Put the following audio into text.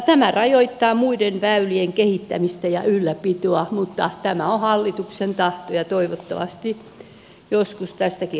tämä rajoittaa muiden väylien kehittämistä ja ylläpitoa mutta tämä on hallituksen tahto ja toivottavasti joskus tämäkin asia perutaan